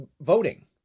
voting